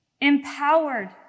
empowered